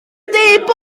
gyfeiriad